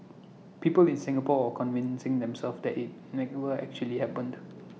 people in Singapore convincing themselves that IT actually happened